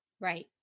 right